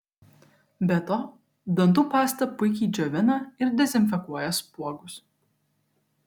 be to dantų pasta puikiai džiovina ir dezinfekuoja spuogus